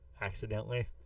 accidentally